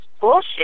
Bullshit